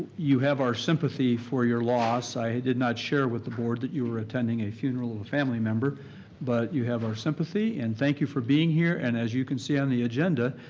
you have our sympathy for your loss. i did not share with the board that you were attending a funeral of a family member but you have our sympathy and thank you for being here. and as you can see on the agenda,